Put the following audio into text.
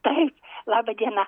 taip laba diena